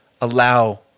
allow